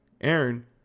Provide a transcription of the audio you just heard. Aaron